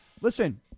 listen